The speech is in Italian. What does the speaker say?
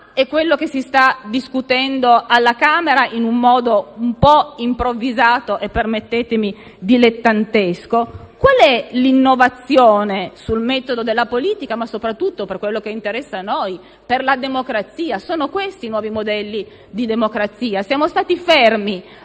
e ciò di cui si sta discutendo alla Camera in un modo un po' improvvisato e - permettetemi - dilettantesco? Qual è l'innovazione sul metodo della politica, ma soprattutto, per ciò che interessa noi, per la democrazia? Sono questi i nuovi modelli di democrazia? Siamo stati fermi